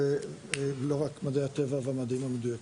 ולא רק מדעי הטבע והמדעים המדויקים.